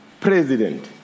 president